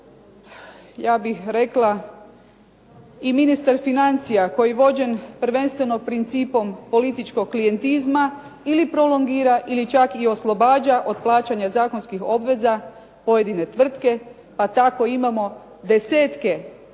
ja bih rekla i ministar financija koji vođen prvenstveno principom političkog klijentizma ili prolongira ili čak i oslobađa od plaćanja zakonskih obveza pojedine tvrtke pa tako imamo desetke tvrtki